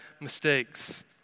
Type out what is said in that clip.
mistakes